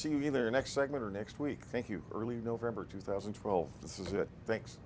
see the next segment or next week thank you early november two thousand an